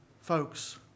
Folks